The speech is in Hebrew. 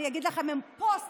אני אגיד לכם, הם פוסט-ימינה.